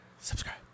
Subscribe